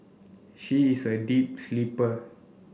she is a deep sleeper